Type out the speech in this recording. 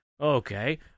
Okay